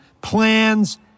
plans